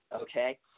Okay